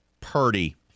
purdy